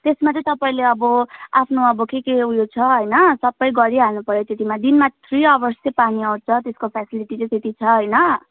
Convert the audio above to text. त्यसमा चाहिँ तपाईँले अब आफ्नो अब के के उयो छ होइन सबै गरिहाल्नु पऱ्यो त्यतिमा दिनमा थ्री आवर्स चाहिँ पानी आउँछ त्यसको फेसिलिटी चाहिँ त्यति छ होइन